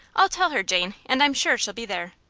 i'll tell her, jane, and i'm sure she'll be there.